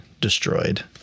destroyed